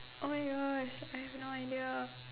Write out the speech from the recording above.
oh my Gosh I have no idea